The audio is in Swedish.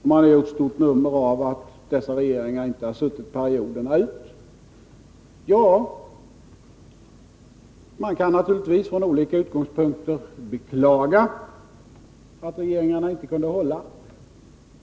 Man har gjort stort nummer av att dessa regeringar inte suttit perioderna ut. Ja, man kan naturligtvis från olika utgångspunkter beklaga att regeringarna inte kunnat hålla.